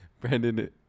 Brandon